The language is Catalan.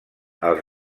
els